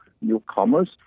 newcomers